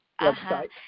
website